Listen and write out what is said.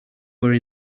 were